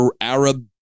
Arab